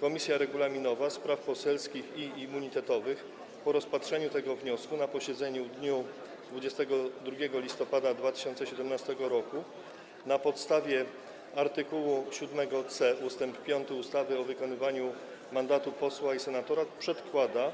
Komisja Regulaminowa, Spraw Poselskich i Immunitetowych po rozpatrzeniu tego wniosku na posiedzeniu w dniu 22 listopada 2017 r. na podstawie art. 7c ust. 5 ustawy o wykonywaniu mandatu posła i senatora przedkłada